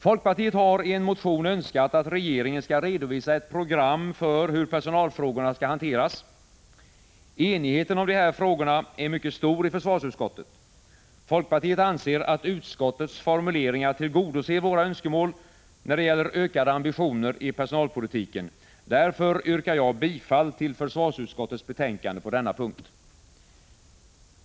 Folkpartiet har i en motion önskat att regeringen skall redovisa ett program för hur personalfrågorna skall hanteras. Enigheten om de här frågorna är mycket stor i försvarsutskottet. Folkpartiet anser att utskottets formuleringar tillgodoser våra önskemål när det gäller ökade ambitioner i personalpolitiken. Därför yrkar jag bifall till försvarsutskottets hemställan på denna punkt.